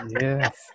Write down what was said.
Yes